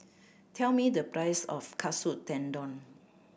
tell me the price of Katsu Tendon